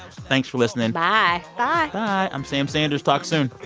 thanks for listening bye bye bye. i'm sam sanders. talk soon